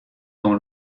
dans